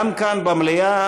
גם כאן במליאה,